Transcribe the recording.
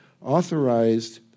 authorized